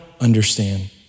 understand